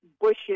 bushes